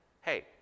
hey